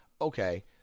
okay